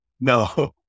No